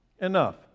enough